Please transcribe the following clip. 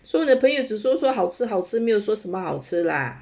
so 你朋友只是说好吃好吃没有说什么好吃 lah